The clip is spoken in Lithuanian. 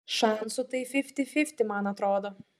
šansų tai fifty fifty man atrodo